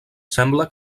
sembla